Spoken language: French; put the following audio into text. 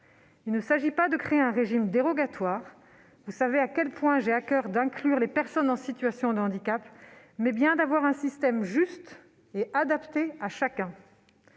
Il s'agit non pas de créer un régime dérogatoire- vous savez à quel point j'ai à coeur d'inclure ces personnes -, mais bien d'avoir un système juste et adapté à chacun.